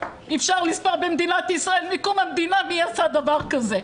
אפשר לספור במדינת ישראל מקום המדינה מי עשה דבר כזה.